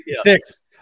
Six